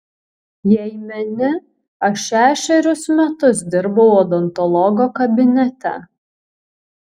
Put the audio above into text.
jei meni aš šešerius metus dirbau odontologo kabinete